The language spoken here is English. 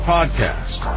Podcast